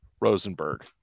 Rosenberg